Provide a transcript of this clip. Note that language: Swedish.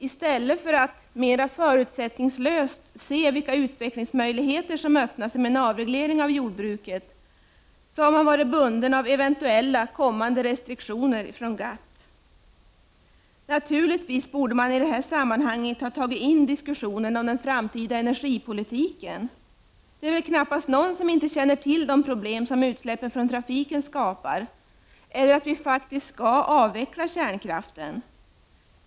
I stället för att mera förutsättningslöst se vilka utvecklingsmöjligheter som öppnar sig i och med en avreglering av jordbruket har man varit bunden av eventuellt kommande restriktioner från GATT. Man borde naturligtvis i det här sammanhanget ha tagit med diskussionen om den framtida energipolitiken. Men det är väl knappast någon som inte känner till de problem som utsläppen från trafiken skapar eller det faktum att vi skall avveckla kärnkraften.